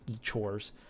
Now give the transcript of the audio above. chores